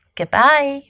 goodbye